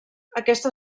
aquesta